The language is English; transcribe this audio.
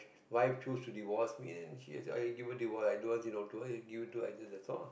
wife chose to divorce me and she divorce divorce i don't want you know i don't want access to it and that's all lah